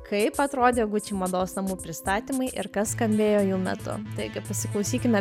kaip atrodė gucci mados namų pristatymai ir kas skambėjo jų metu taigi pasiklausykime